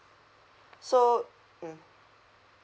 so mm